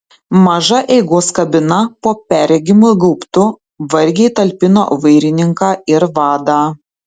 maža eigos kabina po perregimu gaubtu vargiai talpino vairininką ir vadą